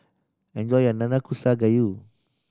enjoy your Nanakusa Gayu